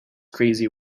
crazy